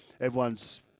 everyone's